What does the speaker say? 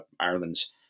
Ireland's